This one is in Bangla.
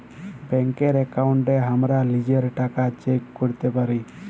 ব্যাংকের একাউন্টে হামরা লিজের টাকা চেক ক্যরতে পারি